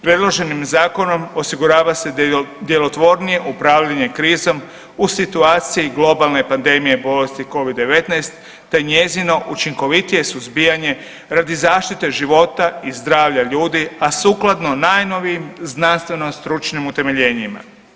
Predloženim zakonom osigurava se djelotvornije upravljanje krizom u situaciji globalne pandemije bolesti Covid-19, te njezino učinkovitije suzbijanje radi zaštite života i zdravlja ljudi, a sukladno najnovijim znanstveno stručnim utemeljenjima.